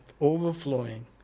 overflowing